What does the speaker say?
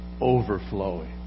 overflowing